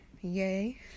yay